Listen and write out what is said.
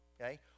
Okay